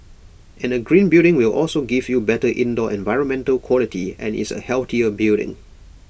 and A green building will also give you better indoor environmental quality and is A healthier building